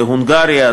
בהונגריה,